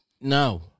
no